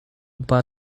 but